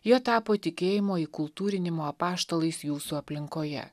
jie tapo tikėjimo įkultūrinimo apaštalais jūsų aplinkoje